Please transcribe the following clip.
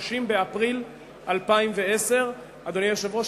מ-30 באפריל 2010. אדוני היושב-ראש,